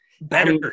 Better